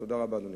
תודה רבה, אדוני.